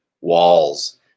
walls